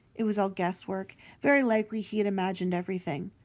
it was all guesswork very likely he had imagined everything.